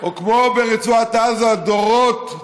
או ברצועת עזה, דורות,